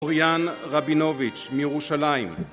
אוריאן רבינוביץ' מירושלים